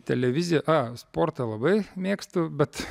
televiziją a sportą labai mėgstu bet